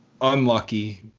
unlucky